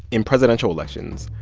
in presidential elections,